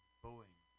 Boeing